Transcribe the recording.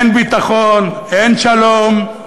אין ביטחון, אין שלום,